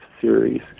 series